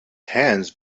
hands